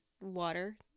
water